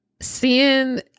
seeing